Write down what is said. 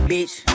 Bitch